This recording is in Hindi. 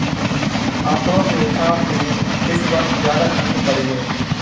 आंकड़ों के हिसाब से इस वर्ष ज्यादा ठण्ड पड़ी है